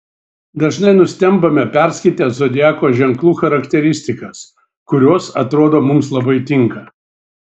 dažnai nustembame perskaitę zodiako ženklų charakteristikas kurios atrodo mums labai tinka